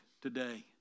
today